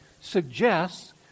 suggests